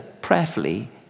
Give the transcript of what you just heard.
prayerfully